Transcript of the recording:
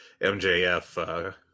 MJF